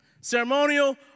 Ceremonial